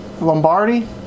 Lombardi